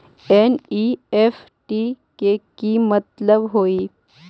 NEFT के कि मतलब होइ?